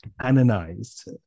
canonized